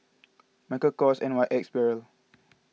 Michael Kors N Y X Barrel